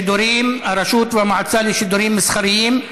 (שידורים) (הרשות והמועצה לשידורים מסחריים).